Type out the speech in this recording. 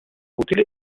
utili